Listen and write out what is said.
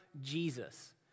Jesus